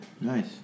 Nice